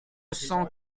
cent